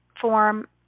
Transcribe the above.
form